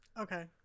Okay